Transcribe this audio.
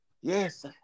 yes